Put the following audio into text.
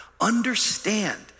understand